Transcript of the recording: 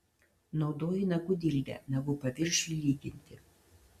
naudoji nagų dildę nagų paviršiui lyginti